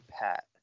pat